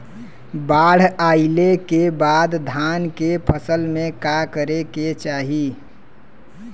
बाढ़ आइले के बाद धान के फसल में का करे के चाही?